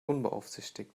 unbeaufsichtigt